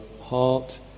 heart